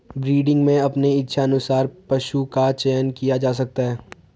breeding में अपने इच्छा अनुसार पशु का चयन किया जा सकता है